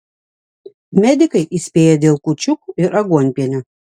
medikai įspėja dėl kūčiukų ir aguonpienio